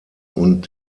und